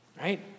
right